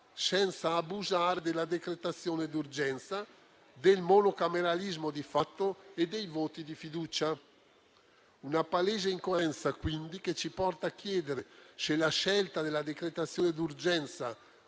senza abusare della decretazione di urgenza, del monocameralismo di fatto e dei voti di fiducia. Una palese incoerenza, quindi, che ci porta a chiedere se la scelta della decretazione d'urgenza,